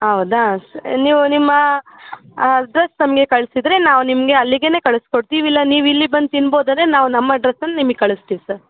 ಹೌದಾ ನೀವು ನಿಮ್ಮ ಅಡ್ರೆಸ್ ನಮಗೆ ಕಳಿಸಿದ್ರೆ ನಾವು ನಿಮಗೆ ಅಲ್ಲಿಗೇ ಕಳ್ಸ್ಕೊಡ್ತೀವಿ ಇಲ್ಲ ನೀವಿಲ್ಲಿ ಬಂದು ತಿನ್ಬೋದಾದ್ರೆ ನಾವು ನಮ್ಮ ಅಡ್ರೆಸನ್ನ ನಿಮಗೆ ಕಳಿಸ್ತೀವಿ ಸರ್